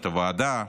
את הוועדה,